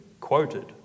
quoted